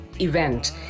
event